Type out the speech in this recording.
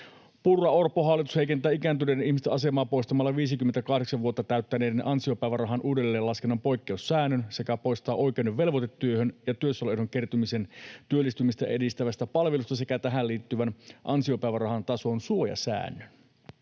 Purran—Orpon hallitus heikentää ikääntyneiden ihmisten asemaa poistamalla 58 vuotta täyttäneiden ansiopäivärahan uudelleenlaskennan poikkeussäännön sekä poistaa oikeuden velvoitetyöhön ja työssäoloehdon kertymisen työllistymistä edistävästä palvelusta sekä tähän liittyvän ansiopäivärahan tason suojasäännön.